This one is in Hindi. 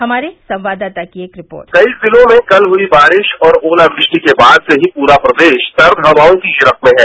हमारे संवाददाता की एक रिपोर्ट कई जिलों में हई बारिश और ओलवृष्टि के बाद से ही पूरा प्रदेश सर्द हवाओं की गिरफ्त में है